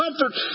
comfort